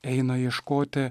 eina ieškoti